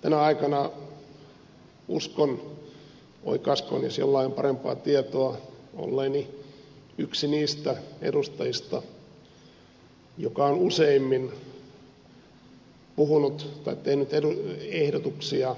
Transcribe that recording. tänä aikana uskon oikaiskoon jos jollain on parempaa tietoa olleeni yksi niistä edustajista joka on useimmin puhunut tai tehnyt ehdotuksia